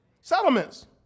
Settlements